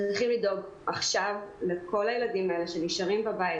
צריך לדאוג לכל הילדים שנשארים בבית.